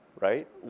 right